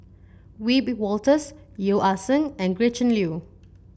Wiebe Wolters Yeo Ah Seng and Gretchen Liu